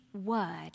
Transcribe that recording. word